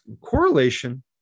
Correlation